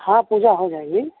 हाँ पूजा हो जाएगी